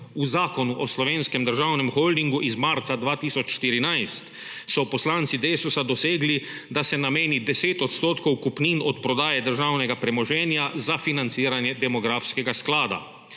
V Zakonu o Slovenskem državnem holdingu iz marca 2014 so poslanci Desusa dosegli, da se nameni 10 % kupnin od prodaje državnega premoženja za financiranje demografskega sklada.